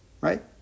right